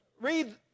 read